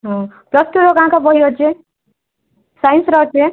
ହଁ ପ୍ଲସ୍ ଟୁର କାଁ କାଁ ବହି ଅଛେ ସାଇନ୍ସର ଅଛେ